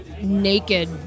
naked